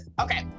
Okay